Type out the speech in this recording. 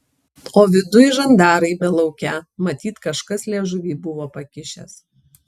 o viduj žandarai belaukią matyt kažkas liežuvį buvo pakišęs